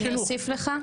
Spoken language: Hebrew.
אני אוסיף לך.